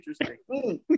interesting